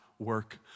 work